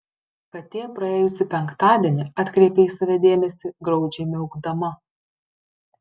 katė praėjusį penktadienį atkreipė į save dėmesį graudžiai miaukdama